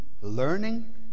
learning